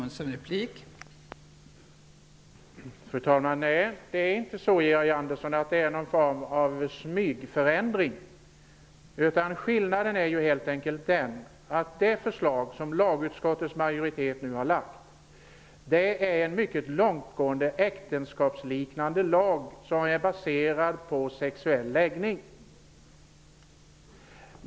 Fru talman! Nej, det är inte någon form av smygförändring, Georg Andersson. Skillnaden är helt enkelt att det förslag som lagutskottets majoritet nu har lagt fram är en mycket långtgående lag som gäller ett äktenskapsliknande förhållande och som är baserad på sexuell läggning.